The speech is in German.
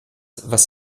was